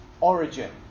origin